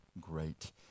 great